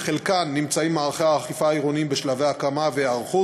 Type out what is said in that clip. בחלקן נמצאים מערכי האכיפה העירוניים בשלבי הקמה והיערכות